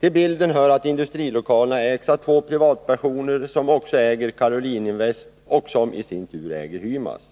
Till bilden hör att industrilokalerna ägs av två privatpersoner, vilka också äger Karolin Invest AB som i sin tur äger Hymas AB.